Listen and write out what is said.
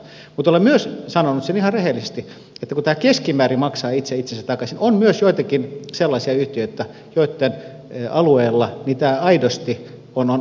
mutta olen myös sanonut ihan rehellisesti sen että kun tämä keskimäärin maksaa itse itsensä takaisin on myös joitakin sellaisia yhtiöitä joitten alueella tämä aidosti on haaste ja ongelma